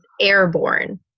airborne